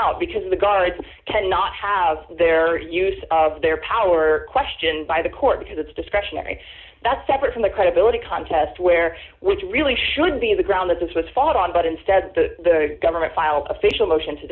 out because the guards cannot have their use of their power are questioned by the court because it's discretionary and that's separate from the credibility contest where which really should be the ground that this was fought on but instead the government filed official motion to